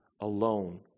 alone